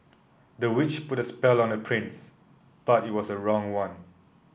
the witch put a spell on the prince but it was the wrong one